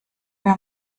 mir